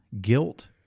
guilt